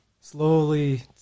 Slowly